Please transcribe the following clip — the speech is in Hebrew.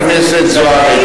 חברת הכנסת זוארץ,